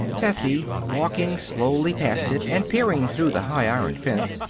tessie, walking slowly past it, and peering through the high iron fence,